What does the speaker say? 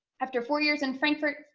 after four years in frankfort,